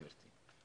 גברתי.